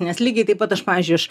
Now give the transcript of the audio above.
nes lygiai taip pat aš pavyzdžiui aš